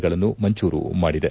ಗಳನ್ನು ಮಂಜೂರು ಮಾಡಿದೆ